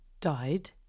died